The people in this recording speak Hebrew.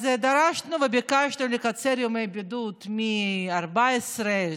אז דרשנו וביקשנו לקצר את ימי הבידוד מ-14 לעשרה,